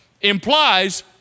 implies